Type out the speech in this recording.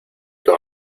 con